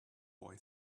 boy